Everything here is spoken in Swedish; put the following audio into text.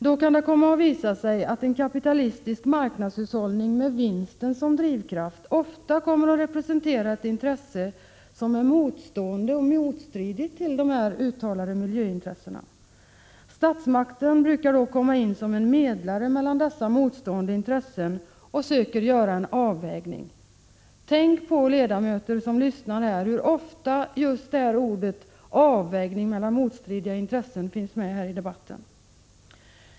Då kan det komma att visa sig att en kapitalistisk marknadshushållning med vinsten som drivkraft ofta representerar ett intresse som är motstående och motstridigt till de uttalade miljöintressena. Statsmakten brukar då komma in som en medlare mellan dessa motstående intressen och söker göra en avvägning. Tänk på, ledamöter som lyssnar här, hur ofta just orden ”avvägning mellan motstridiga intressen” finns med i debatten.